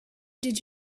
did